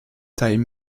taille